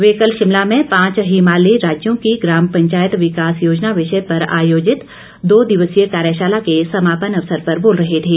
वे कल शिमला में पांच हिमालयी राज्यों की ग्राम पंचायत विकास योजना विषय पर आयोजित दो दिवसीय कार्यशाला के समापन अवसर पर बोल रहे थे